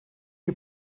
you